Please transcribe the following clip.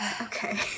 Okay